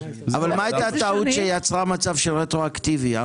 מה הייתה הטעות שיצרה מצב של תשלום רטרואקטיבי?